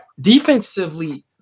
Defensively